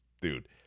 dude